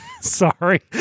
sorry